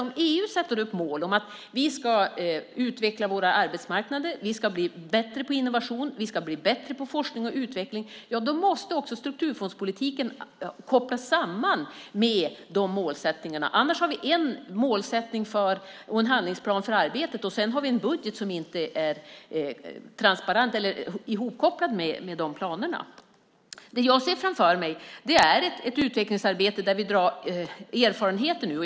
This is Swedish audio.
Om EU sätter upp mål om att vi ska utveckla våra arbetsmarknader, bli bättre på innovation, bli bättre på forskning och utveckling måste också strukturfondspolitiken kopplas samman med de målsättningarna. Annars har vi en målsättning och handlingsplan för arbetet och en budget som inte är hopkopplade med de planerna. Jag ser framför mig ett utvecklingsarbete som vi drar erfarenhet av.